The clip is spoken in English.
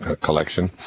collection